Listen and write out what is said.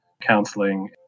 counseling